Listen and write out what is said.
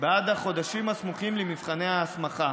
בעד החודשיים הסמוכים למבחני ההסמכה,